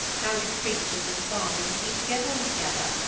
how do preaching and farming seem to get on together?